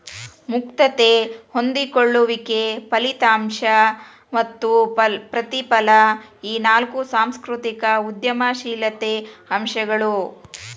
ಮುಕ್ತತೆ ಹೊಂದಿಕೊಳ್ಳುವಿಕೆ ಫಲಿತಾಂಶ ಮತ್ತ ಪ್ರತಿಫಲ ಈ ನಾಕು ಸಾಂಸ್ಕೃತಿಕ ಉದ್ಯಮಶೇಲತೆ ಅಂಶಗಳು